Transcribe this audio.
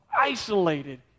isolated